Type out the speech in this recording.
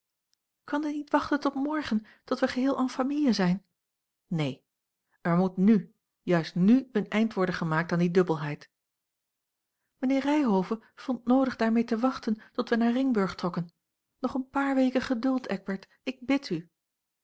kan dit niet wachten tot morgen tot wij geheel en famille zijn neen er moet n juist n een eind worden gemaakt aan die dubbelheid mijnheer ryhove vond noodig daarmee te wachten tot wij naar ringburg trokken nog een paar weken geduld eckbert bid ik u